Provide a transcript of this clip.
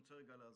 אני רוצה להסביר: